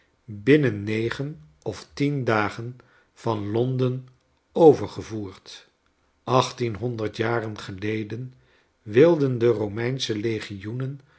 binnen negen of tien dagen van l o n d en overgevoerd achttienhonderd jaren geleden wilden de romeinsche